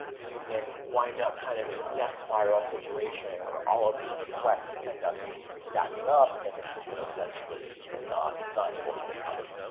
you can wind up kind of in this death spiral situation where all of these requests end up basically stacking up, but then the system essentially is not not able to recover.